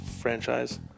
franchise